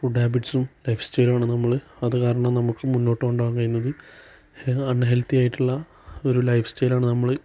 food ഹാബിറ്റ്സും ലൈഫ്സ്റ്റൈലുമാണ് നമ്മള് അതുകാരണം നമുക്ക് മുന്നോട്ട് കൊണ്ടുപോവാൻ കഴിയുന്നത് അൺ ഹെൽത്തിയായിട്ടുള്ള ഒരു ലൈഫ് സ്റ്റൈലാണ് നമ്മള്